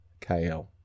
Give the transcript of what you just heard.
KL